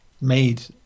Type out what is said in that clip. made